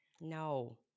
No